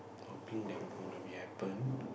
hoping that gonna be happen